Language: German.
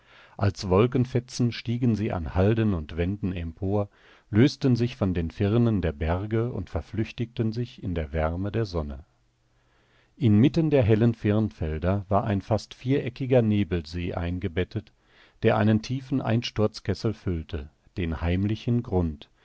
als wolkenfetzen stiegen sie an halden und wänden empor lösten sich von den firnen der berge und verflüchtigten sich in der wärme der sonne inmitten der hellen firnfelder war ein fast viereckiger nebelsee eingebettet der einen tiefen einsturzkessel füllte den heimlichen grund